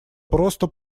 просто